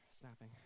snapping